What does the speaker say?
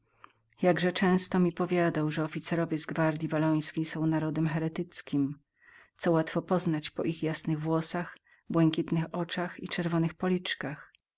jednakże często mi powiadał że officerowie z gwardyi wallońskiej byli narodem heretyckim co też łatwo poznać po ich jasnych włosach błękitnych oczach i czerwonych policzkach